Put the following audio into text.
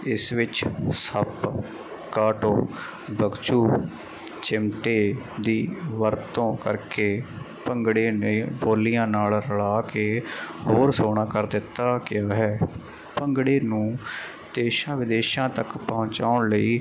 ਇਸ ਵਿੱਚ ਸੱਪ ਕਾਟੋ ਬਖਸੂ ਚਿਮਟੇ ਦੀ ਵਰਤੋਂ ਕਰਕੇ ਭੰਗੜੇ ਨੇ ਬੋਲੀਆਂ ਨਾਲ ਰਲਾ ਕੇ ਹੋਰ ਸੋਹਣਾ ਕਰ ਦਿੱਤਾ ਗਿਆ ਹੈ ਭੰਗੜੇ ਨੂੰ ਦੇਸ਼ਾਂ ਵਿਦੇਸ਼ਾਂ ਤੱਕ ਪਹੁੰਚਾਉਣ ਲਈ